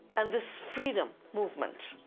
and this freedom movement,